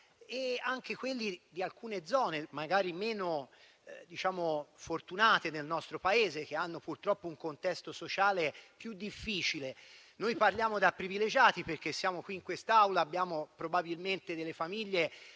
anche quelli di alcune zone magari meno fortunate del nostro Paese, con un contesto sociale purtroppo più difficile. Noi parliamo da privilegiati, perché siamo in quest'Aula e abbiamo probabilmente delle famiglie